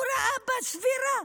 הוא ראה בה סבירה.